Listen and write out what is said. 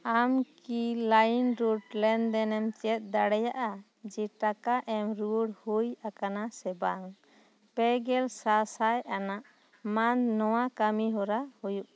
ᱟᱢ ᱠᱤ ᱞᱟᱭᱤᱱᱨᱳᱰ ᱞᱮᱱᱫᱮᱱᱮᱢ ᱪᱮᱫ ᱫᱟᱲᱮᱭᱟᱜᱼᱟ ᱡᱮ ᱴᱟᱠᱟ ᱮᱢ ᱨᱩᱭᱟᱹᱲ ᱦᱩᱭ ᱟᱠᱟᱱᱟ ᱥᱮ ᱵᱟᱝ ᱯᱮᱜᱮᱞ ᱥᱟᱥᱟᱭ ᱟᱱᱟᱜ ᱢᱟᱱ ᱱᱚᱶᱟ ᱠᱟᱹᱢᱤ ᱦᱚᱨᱟ ᱦᱩᱭᱩᱜ ᱠᱟᱱᱟ